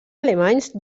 alemanys